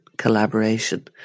collaboration